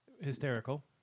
Hysterical